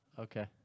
Okay